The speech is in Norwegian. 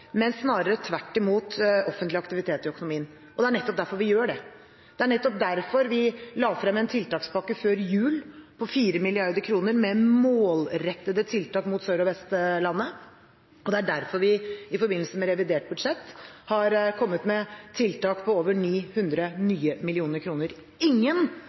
men snarere tvert imot offentlig aktivitet i økonomien. Det er nettopp derfor vi gjør det. Det er nettopp derfor vi la frem en tiltakspakke før jul på 4 mrd. kr med målrettede tiltak mot Sør- og Vestlandet, og det er derfor vi i forbindelse med revidert budsjett har kommet med tiltak på over 900 nye mill. kr. Ingen